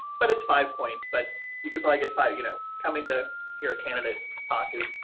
but it's five points, but you could probably get fired. you know, coming to hear a candidate pocket.